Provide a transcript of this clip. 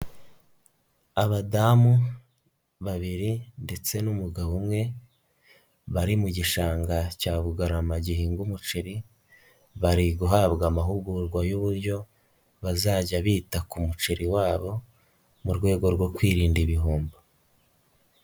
Abadamu babiri ndetse n'umugabo umwe, bari mu gishanga cya Bugarama gihinga umuceri, bari guhabwa amahugurwa y'uburyo bazajya bita ku muceri wabo mu rwego rwo kwirinda ibihomba.